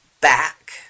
back